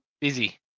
Busy